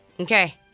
Okay